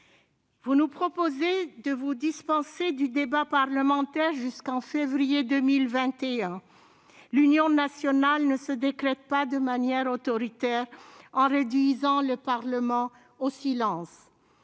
Vous nous proposez de vous dispenser du débat parlementaire jusqu'en février 2021. On ne décrète pas l'union nationale de manière autoritaire, en réduisant le Parlement au silence.